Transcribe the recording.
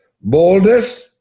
Boldness